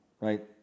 right